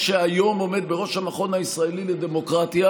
שעומד היום בראש המכון הישראלי לדמוקרטיה